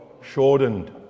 Shortened